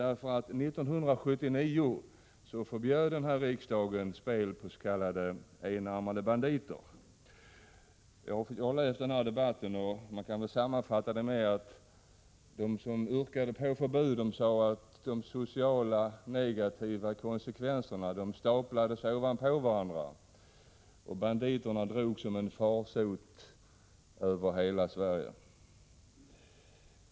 1979 förbjöd riksdagen spel på s.k. enarmade banditer. Jag har läst den debatten; jag skulle vilja sammanfatta den så, att de som yrkade på förbud staplade de negativa sociala konsekvenserna ovanpå varandra och sade att de enarmade banditerna drog som en farsot över hela Sverige.